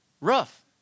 rough